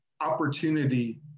opportunity